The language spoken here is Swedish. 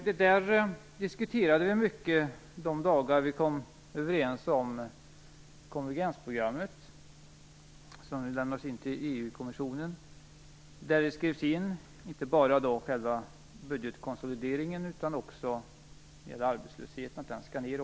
Det diskuterade vi mycket under de dagar då vi kom överens om konvergensprogrammet, som nu lämnas in till EU-kommissionen. Där skrev man in inte bara själva budgetkonsolideringen, utan också att arbetslösheten samtidigt skall ned.